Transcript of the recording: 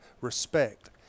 respect